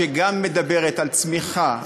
שגם מדברת על צמיחה,